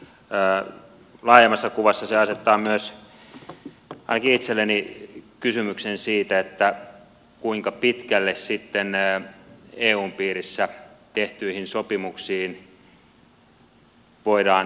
laajemmassa kuvassa se asettaa myös ainakin itselleni kysymyksen siitä kuinka pitkälle sitten eun piirissä tehtyihin sopimuksiin voidaan luottaa